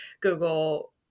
Google